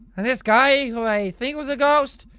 and this guy, who i think was a ghost,